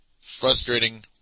Frustrating